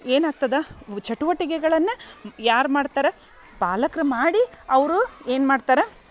ಏನಾಗ್ತದೆ ಚಟುವಟಿಕೆಗಳನ್ನು ಯಾರು ಮಾಡ್ತಾರ ಪಾಲಕ್ರು ಮಾಡಿ ಅವರು ಏನು ಮಾಡ್ತಾರೆ